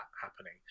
happening